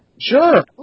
Sure